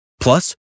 Plus